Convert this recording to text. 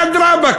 אדרבה,